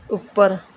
ਉੱਪਰ